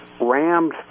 rammed